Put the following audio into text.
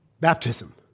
baptism